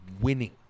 winning